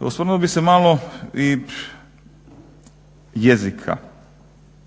Osvrnuo bih se malo i jezika,